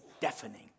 deafening